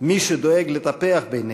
מי שדואג לטפח בינינו,